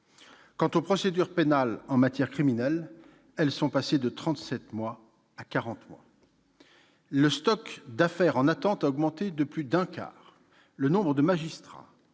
Quant aux procédures pénales en matière criminelle, elles sont passées de trente-sept mois à quarante mois. Le stock d'affaires en attente a augmenté de plus d'un quart. Le nombre de magistrats